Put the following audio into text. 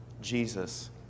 Jesus